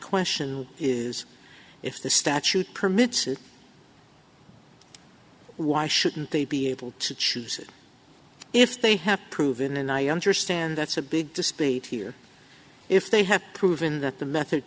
question is if the statute permits it why shouldn't they be able to choose if they have proven and i understand that's a big to speak here if they have proven that the method